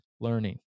Learning